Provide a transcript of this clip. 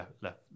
left